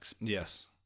Yes